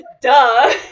Duh